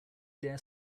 dare